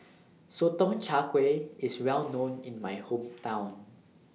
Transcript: Sotong Char Kway IS Well known in My Hometown